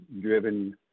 driven